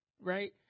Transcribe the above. right